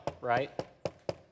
right